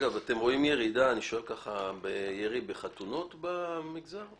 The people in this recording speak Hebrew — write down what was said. אתם רואים ירידה בירי בחתונות במגזר?